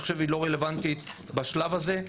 אני חושב שהיא לא רלוונטית בשלב הזה,